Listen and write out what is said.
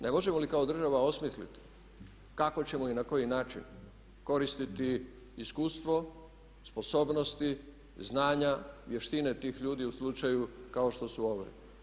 Ne možemo li kao država osmisliti kako ćemo i na koji način koristiti iskustvo, sposobnosti, znanja, vještine tih ljudi u slučaju kao što su ove?